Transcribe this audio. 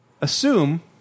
assume